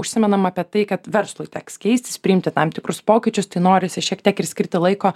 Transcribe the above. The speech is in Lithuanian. užsimenama apie tai kad verslui teks keistis priimti tam tikrus pokyčius tai norisi šiek tiek ir skirti laiko